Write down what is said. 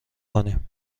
کنیم